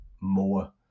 more